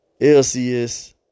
LCS